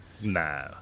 Nah